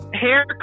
hair